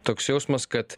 toks jausmas kad